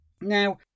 Now